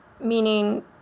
Meaning